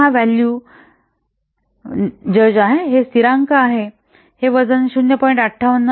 तर हा व्हॅल्यू जज हे स्थिरांक हे वजन 0